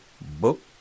book